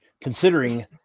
considering